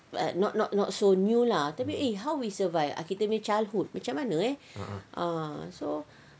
not not not so new lah tapi eh how we survive kita punya childhood macam mana eh ah so